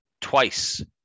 Twice